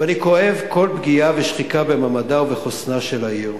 ואני כואב כל פגיעה ושחיקה במעמדה ובחוסנה של העיר.